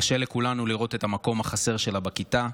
קשה לכולנו לראות את המקום החסר שלה בכיתה.